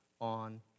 on